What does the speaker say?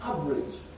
Average